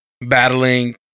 battling